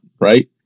right